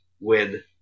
win